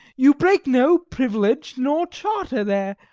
you break no privilege nor charter there.